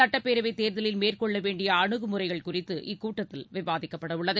சட்டப்பேரவை தேர்தலில் மேற்கொள்ள வேண்டிய அனுகுமுறைகள் குறித்து இக்கூட்டத்தில் விவாதிக்கப்படவுள்ளது